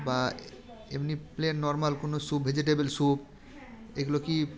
বা এমনি plain normal কোনো স্যুপ ভেজিটেবেল স্যুপ এগুলো কি